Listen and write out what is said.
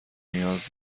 نیاز